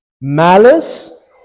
malice